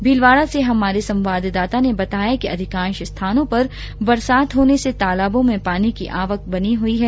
भीलवाड़ा से हमारे संवाददाता ने बताया कि अधिकांश स्थानों पर बरसात होने से तालाबों में पानी की आवक बनी हुई है